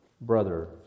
brother